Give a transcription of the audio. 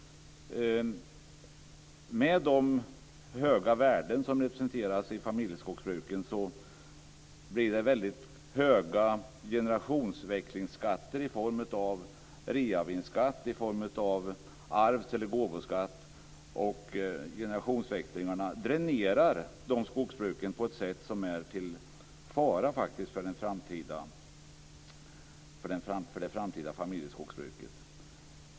Med de höga värden som familjeskogsbruken representerar blir det väldigt höga generationsväxlingsskatter i form av reavinstskatt, arvsskatt eller gåvoskatt. Generationsväxlingarna dränerar därmed dessa skogsbruk på ett sätt som är en fara för det framtida familjeskogsbruket.